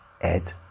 Ed